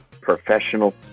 professional